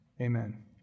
amen